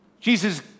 Jesus